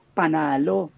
panalo